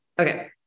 Okay